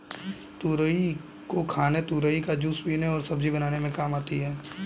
तुरई को खाने तुरई का जूस पीने और सब्जी बनाने में काम आती है